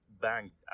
banked